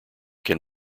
can